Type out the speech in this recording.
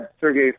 Sergey